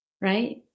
Right